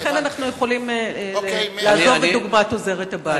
לכן, אנחנו יכולים לעזוב את דוגמת עוזרת-הבית.